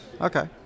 okay